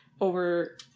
over